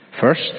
First